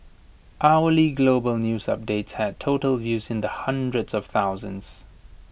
hourly global news updates had total views in the hundreds of thousands